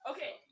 Okay